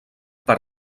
per